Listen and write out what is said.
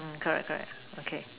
mm correct correct okay